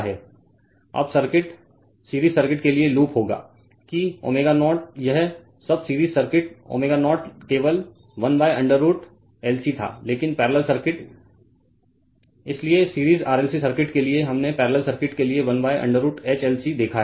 अब circuit series circuit के लिए लूप होगा कि ω0 यह सब सीरीज सर्किट ω0 केवल 1 √ LC था लेकिन पैरलेल सर्किट इसलिए सीरीज RLC सर्किट के लिए हमने पैरलेल सर्किट के लिए 1√ hLC देखा है